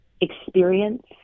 experience